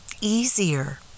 easier